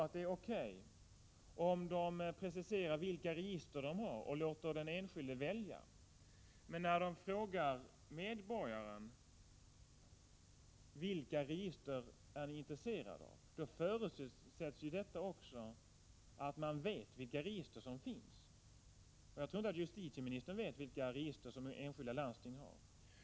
Detta är väl i och för sig O.K., om myndigheterna preciserar vilka register de har och låter den enskilde välja från vilket register upplysningarna skall hämtas. Men när myndigheten frågar en medborgare vilka register han är intresserad av, då är ju förutsättningen att denne vet vilka register som finns — jag tror inte att ens justitieministern vet vilka register enskilda landsting har.